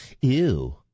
ew